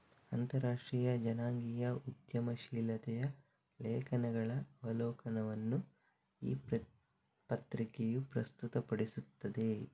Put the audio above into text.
ಅಂತರರಾಷ್ಟ್ರೀಯ ಜನಾಂಗೀಯ ಉದ್ಯಮಶೀಲತೆಯ ಲೇಖನಗಳ ಅವಲೋಕನವನ್ನು ಈ ಪತ್ರಿಕೆಯು ಪ್ರಸ್ತುತಪಡಿಸುತ್ತದೆ